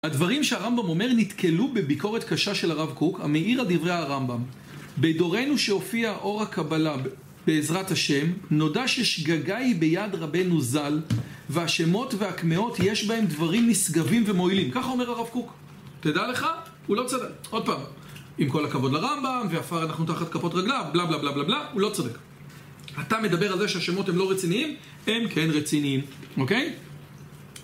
הדברים שהרמב״ם אומר נתקלו בביקורת קשה של הרב קוק, המאיר על עברי הרמב״ם. בדורנו שהופיעה אור הקבלה בעזרת השם, נודע ששגגא היא ביד רבנו זל, והשמות והקמאות יש בהם דברים מסגבים ומועילים. כך אומר הרב קוק. תדע לך? הוא לא צדק.. עוד פעם. עם כל הכבוד לרמב״ם, ואפר אנחנו תחת כפות רגליו, בלה בלה בלה בלה בלה, הוא לא צודק. אתה מדבר על זה שהשמות הן לא רציניים, הם כן רציניים. אוקיי?